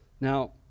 Now